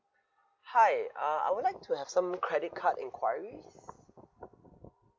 hi uh I would like to have some credit card inquiries